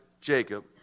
Jacob